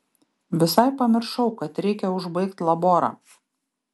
visai pamiršau kad reikia užbaigt laborą